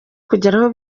kugeraho